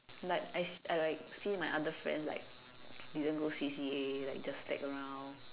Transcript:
like I see I like see my other friends like didn't go C_C_A like just slack around